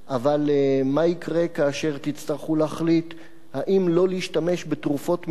אבל מה יקרה כאשר תצטרכו להחליט אם לא להשתמש בתרופות מצילות